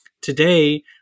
Today